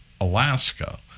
Alaska